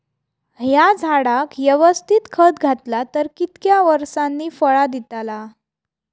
हया झाडाक यवस्तित खत घातला तर कितक्या वरसांनी फळा दीताला?